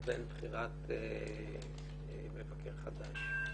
ובין בחירת מבקר חדש.